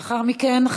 תודה רבה.